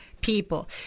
people